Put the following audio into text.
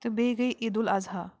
تہٕ بیٚیہِ گٔے عيٖدُ الاضحى